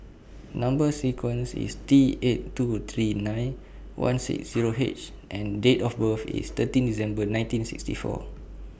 Number sequence IS T eight two three nine one six Zero H and Date of birth IS thirteen December nineteen sixty four